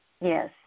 Yes